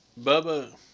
Bubba